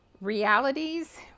Realities